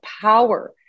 power